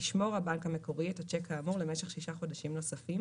ישמור הבנק המקורי את השיק האמור למשך שישה חודשים נוספים